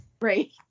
Right